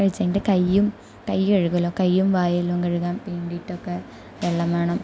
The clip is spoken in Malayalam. കഴിച്ചെൻ്റെ കയ്യും കൈയ്യ് കഴുകുമല്ലോ കയ്യും വായുമെല്ലാം കഴിക്കാൻ വേണ്ടിയിട്ടൊക്കെ വെള്ളം വേണം